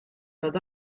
but